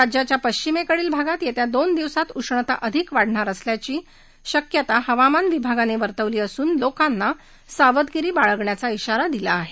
राज्याच्या पश्विमेकडील भागात येत्या दोन दिवसांत उष्णता अधिक वाढणार असल्याची शक्यता हवामान विभागानं वर्तवली असून लोकांना सावधगिरी बाळगण्याचा सल्ला दिला आहे